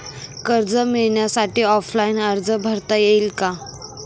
कर्ज मिळण्यासाठी ऑफलाईन अर्ज करता येईल का?